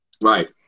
Right